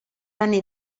anni